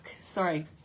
sorry